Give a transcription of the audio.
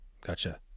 gotcha